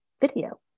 video